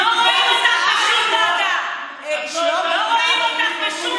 לא רואים אותך, לא רואים אותך בשום